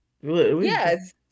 Yes